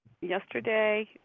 yesterday